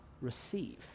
receive